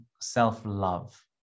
self-love